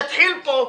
יתחיל פה,